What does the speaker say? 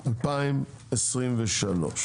התשפ"ג-2023.